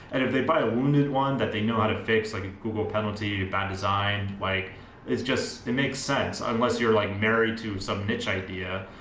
and if they buy a wounded one that they know how to fix, like a google penalty, bad design, like it's just it makes sense, unless you're like married to some niche idea.